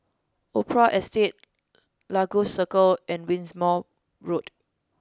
Opera Estate Lagos Circle and Wimborne Road